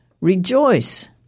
rejoice